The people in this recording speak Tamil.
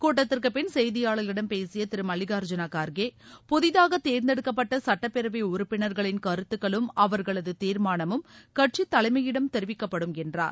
கூட்டத்திற்கு பின் செய்தியாளர்களிடம் பேசிய திரு மல்லிகா்ஜூன கா்கே புதிதாக தேர்ந்தெடுக்கப்பட்ட சுட்டப்பேரவை உறுப்பினர்களின் கருத்துக்களும் அவர்களது தீர்மானமும் கட்சி தலைமையிடம் தெரிவிக்கப்படும் என்றார்